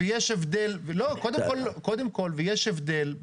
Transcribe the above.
קודם כל, יש הבדל.